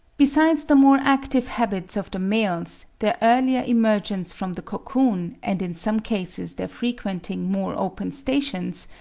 besides the more active habits of the males, their earlier emergence from the cocoon, and in some cases their frequenting more open stations,